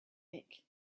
mick